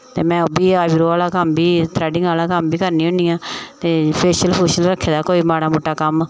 ते में ओह् बी आईब्रो आह्ला कम्म बी थ्रैडिंग आह्ला कम्म बी करनी होन्नी आं ते फेशल फूशल रक्खे दा कोई माड़ा मुट्टा कम्म